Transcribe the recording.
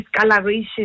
discoloration